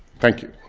thank you.